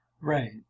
right